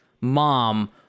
mom